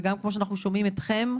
וגם כמו שאנחנו שומעים אתכם,